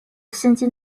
现今